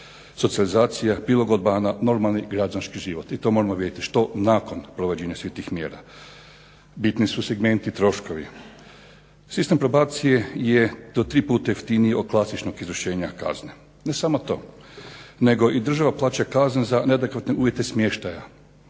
radi prebrzog čitanja./… normalni građanski život. I to moramo vidjeti što nakon provođenja svih tih mjera. Bitni su segmenti troškovi. Sistem probacije je do 3 puta jeftiniji od klasično izvršenja kazne. Ne samo to, nego i država plaća kazne za neadekvatne uvjete smještaja.